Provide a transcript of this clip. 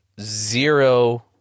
zero